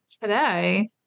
today